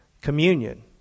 Communion